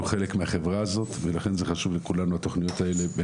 חלק מהחברה הזאת ולכן זה חשוב לכולנו התוכניות האלה על